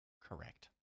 Correct